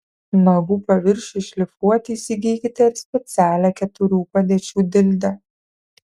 nagų paviršiui šlifuoti įsigykite ir specialią keturių padėčių dildę